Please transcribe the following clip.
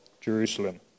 Jerusalem